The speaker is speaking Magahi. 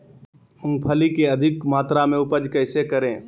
मूंगफली के अधिक मात्रा मे उपज कैसे करें?